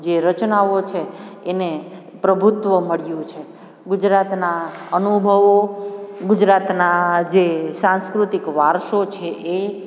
જે રચનાઓ છે એને પ્રભુત્વ મળ્યું છે ગુજરાતનાં અનુભવો ગુજરાતનાં જે સાસંકૃતિક વારસો છે એ